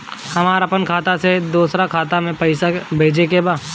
हमरा आपन खाता से दोसरा खाता में पइसा भेजे के बा